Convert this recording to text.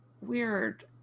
weird